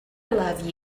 love